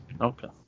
Okay